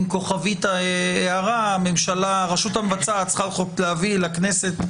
כוכבית הערה שהרשות המבצעת צריכה להביא לכנסת.